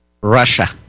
Russia